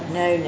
no